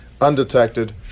undetected